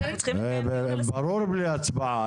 ברור בלי הצבעה.